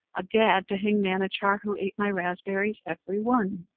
a gad to hang manachar, who ate my raspberries every one.